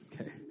Okay